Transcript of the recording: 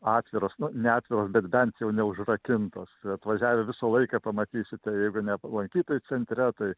atviros nu ne atviros bet bent jau neužrakintos atvažiavę visą laiką pamatysite jeigu ne lankytojų centre tai